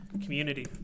community